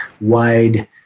wide